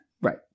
Right